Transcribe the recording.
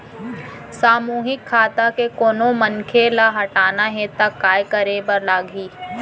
सामूहिक खाता के कोनो मनखे ला हटाना हे ता काय करे बर लागही?